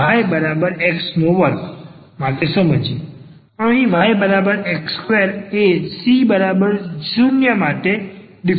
અહીં yx2 એ c 0 માટે ડીફરન્સીયલ ઈક્વેશન નો ઉકેલ આપે છે